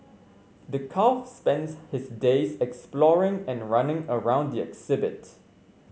the calf spends his days exploring and running around the exhibit